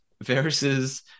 versus